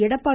Edappadi